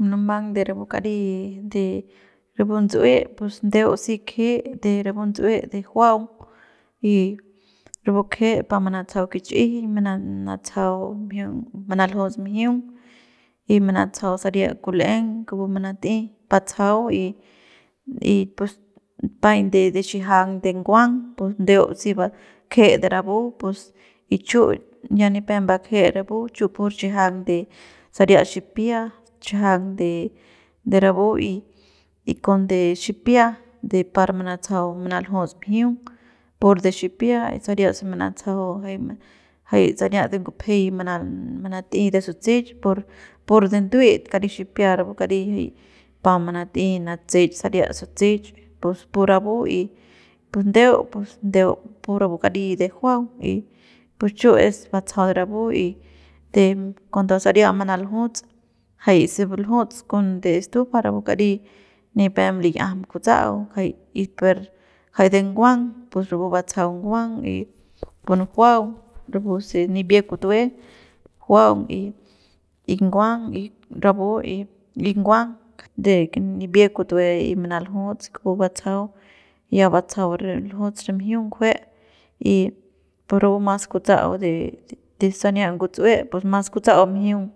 Munumang de rapu kari di rapu ndts'ue ndeu si kje de rapu ndutsue de juaung y rapu kje pa manatsajau kichijiñ manatsajau manaljuts mjiung y manatsajau saria kul'eng kupu manat'ey batsajau y y pues paiñ de xijiang de nguang pus ndeu si va kje de rapu pus y chu ya nipep mbakje rapu chu pur xijiang de saria xipia chajang de rapu y y con de xipia de par manatsajau manljuts mjiung pur de xipia y saria se manatsajau jay sania de ngupjey ma manat'ey de sutseich po pur de nduet kari xipia rapu kari pa manat'ey natse'ech saria suthe'eich pus pur rapu y pus ndeu ndeu pur rapu kari de juaung y pus chu es batsajau de rapu y de cuando saria manaljuts jay se ljuts con de estufa rapu kari nipem lik'iajam kutsa'au ngajay y per jay de nguang pus rapu batsajau nguang y pu nujuaung puse nibie kutue juaung y nguang y rapu y nguang de ke nibie kutue y manaljuts kupu batsajau ya batsajau ljuts re mjiung ngujue y pus rapu mas kutsa'au de sania nguts'ue pus mas kutsa'au mjiung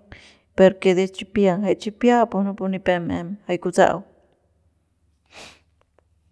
per que de chipia jay chipia pus napu nipep em jay kutsa'au.